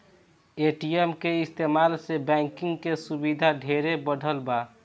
ATM के इस्तमाल से बैंकिंग के सुविधा ढेरे बढ़ल बा